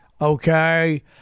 okay